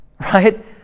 right